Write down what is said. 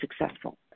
successful